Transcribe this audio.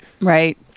right